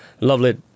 lovely